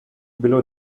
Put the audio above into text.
below